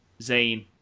Zayn